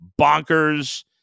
bonkers